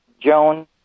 Joan